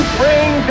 bring